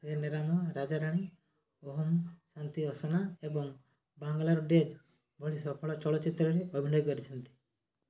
ସେନେ ରାମ ରାଜା ରାଣୀ ଓହମ ଶାନ୍ତି ଅସନା ଏବଂ ବାଙ୍ଗଲାର ଡ଼େତ୍ ଭଳି ସଫଳ ଚଳଚ୍ଚିତ୍ରରେ ଅଭିନୟ କରିଛନ୍ତି